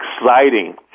exciting